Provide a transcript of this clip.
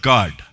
God